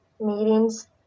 meetings